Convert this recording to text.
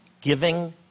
giving